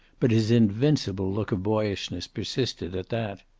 but his invincible look of boyishness persisted, at that.